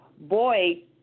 boy